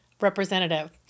representative